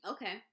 Okay